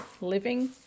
living